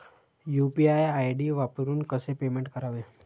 UPI ID वापरून कसे payment करावे?